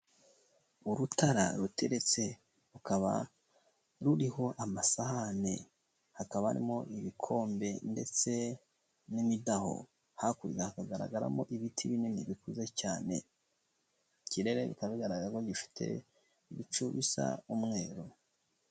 Urutara ruteretse rukaba ruriho amasahani hakaba harimo ibikombe ndetse n'imidaho hakurya hakagaragaramo ibiti binini bikuze cyane, ikirere bikagaragara ko gifite ibicu bisa umweru.